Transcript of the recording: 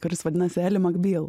kuris vadinasi eli makbyl